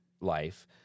life